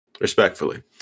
respectfully